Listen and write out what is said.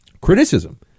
criticism